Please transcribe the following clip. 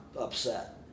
upset